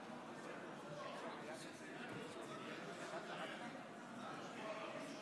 51, נגד, 52, אין נמנעים.